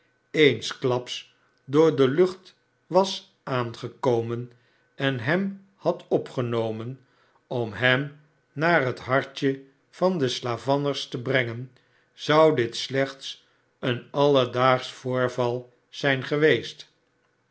eensklaps door de iucht was aangekomen en hem had opgenomen om hem naar het hartje van de slavanners te brengen zou dit slechts een alledaagsch voorval zijn geweest